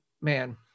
man